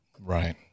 Right